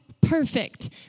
perfect